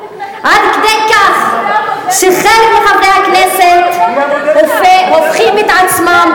עד כדי כך שחלק מחברי הכנסת הופכים את עצמם